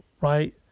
Right